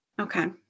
Okay